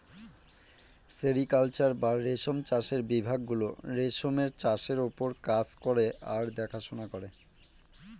sericulture বা রেশম চাষের বিভাগ গুলো রেশমের চাষের ওপর কাজ করে আর দেখাশোনা করে